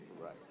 Right